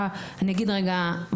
הנגיד רגע,